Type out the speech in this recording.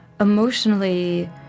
emotionally